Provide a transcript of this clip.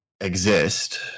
exist